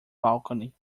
balcony